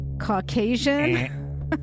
Caucasian